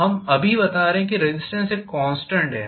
हम अभी बता रहे हैं कि रेज़िस्टेन्स एक कॉन्स्टेंट है